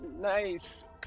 Nice